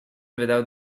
without